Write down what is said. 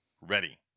ready